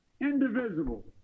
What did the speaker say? indivisible